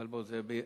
אבל, זה בהומור.